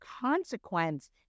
consequence